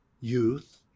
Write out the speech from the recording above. youth